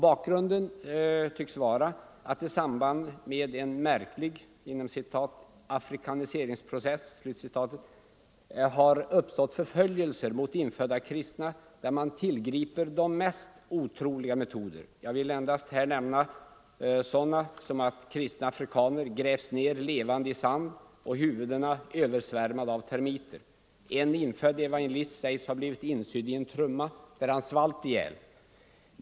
Bakgrunden tycks vara att i samband med en märklig ”afrikaniseringsprocess” har uppstått förföljelser mot infödda kristna, där man tillgriper de mest otroliga metoder. Jag vill endast nämna sådana som att kristna afrikaner har grävts ned levande i sand med huvudena översvärmade av termiter. En infödd evangelist sägs ha blivit insydd i en trumma, där han svalt ihjäl.